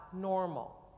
normal